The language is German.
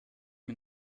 mir